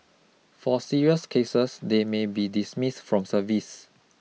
for serious cases they may be dismissed from service